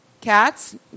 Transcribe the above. Cats